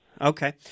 Okay